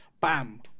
bam